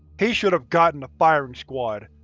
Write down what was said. he should have gotten the firing squad,